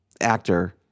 actor